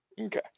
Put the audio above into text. Okay